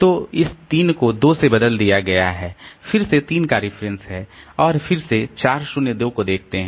तो इस 3 को 2 से बदल दिया गया है फिर से 3 का रेफरेंस है और फिर से 4 0 2 को देखते हैं